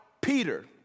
Peter